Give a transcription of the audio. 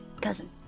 cousin